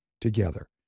together